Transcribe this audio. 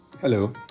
hello